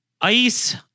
Ice